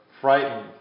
frightened